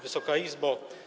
Wysoka Izbo!